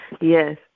Yes